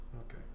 Okay